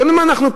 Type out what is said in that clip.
קודם אנחנו פנימה,